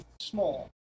small